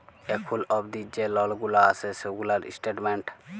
এখুল অবদি যে লল গুলা আসে সেগুলার স্টেটমেন্ট